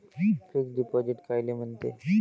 Fix deposit कायले म्हनते?